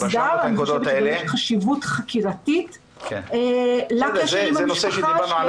יש חשיבות חקירתית לקשר עם המשפחה,